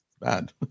bad